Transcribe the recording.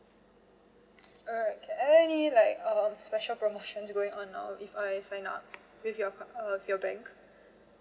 alright any like uh special promotions going on now if I sign up with your uh with your bank